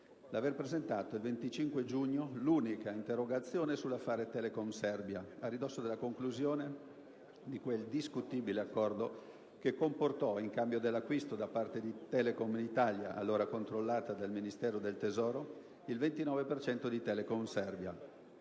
l'aver presentato, il 25 giugno 1997, l'unica interrogazione sull'affare Telekom Serbia, a ridosso della conclusione di quel discutibile accordo che comportò, in cambio dell'acquisto da parte di Telecom Italia (allora controllata dal Ministero del tesoro) del 29 per cento di Telekom Serbia,